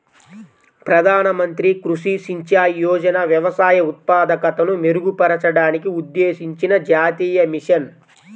ప్రధాన మంత్రి కృషి సించాయ్ యోజన వ్యవసాయ ఉత్పాదకతను మెరుగుపరచడానికి ఉద్దేశించిన జాతీయ మిషన్